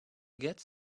gets